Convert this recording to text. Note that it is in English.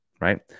right